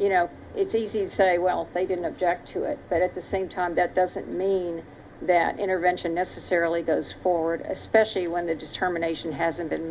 you know it's easy to say well they didn't object to it but at the same time that doesn't mean that intervention necessarily goes forward especially when the determination hasn't been